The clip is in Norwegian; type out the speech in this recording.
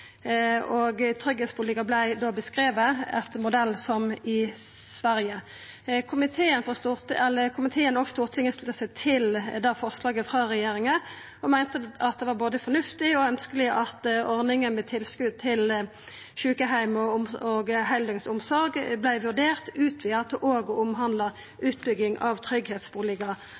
frå Sverige. Komiteen og Stortinget slutta seg til forslaget frå regjeringa og meinte det var både fornuftig og ønskjeleg at ordninga med tilskot til sjukeheimar og heildøgns omsorg vart vurdert til òg å omhandla utbygging av